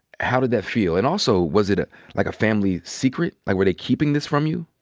how did that feel? and also, was it, ah like, a family secret? like, were they keeping this from you?